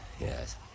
Yes